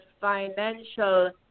financial